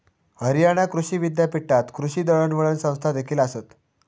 हरियाणा कृषी विद्यापीठात कृषी दळणवळण संस्थादेखील आसत